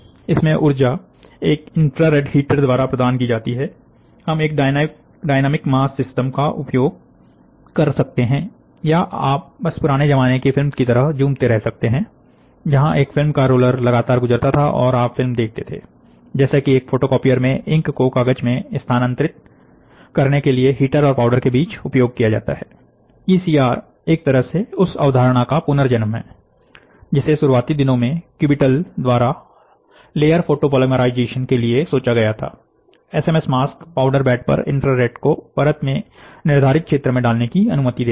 इसमें ऊर्जा एक इंफ्रारेड हीटर द्वारा प्रदान की जाती है हम एक डायनामिक मास सिस्टम डीएमडी का उपयोग कर सकते हैं या आप बस पुराने जमाने की फिल्म की तरह झूमते रह सकते हैं जहां एक फिल्म का रोल लगातार गुजरता था और आप एक फिल्म देखते थे तो उसी तरह डायनामिक मास सिस्टम इस्तेमाल किया जाता है जैसा कि एक फोटोकॉपियर मैं इंक को कागज में स्थानांतरित करने के लिए हीटर और पाउडर के बीच उपयोग किया जाता है ईसीआर एक तरह से उस अवधारणा का पुनर्जन्म है जिसे शुरुआती दिनों में क्यूबिटल द्वारा लेयर फोटो पॉलीमराइजेशन के लिए सोचा गया था एसएमएस मास्क पाउडर बेड पर इन्फ्रारेड को परत में निर्धारित क्षेत्र में डालने की अनुमति देता है